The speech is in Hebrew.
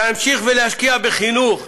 להמשיך ולהשקיע בחינוך,